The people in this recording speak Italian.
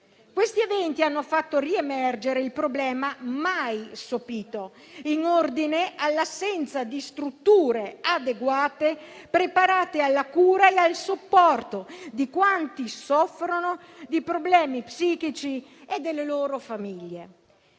questi fatti hanno fatto riemergere il problema, mai sopito, in ordine all'assenza di strutture adeguate preposte alla cura e al supporto di quanti soffrono di problemi psichici e delle loro famiglie;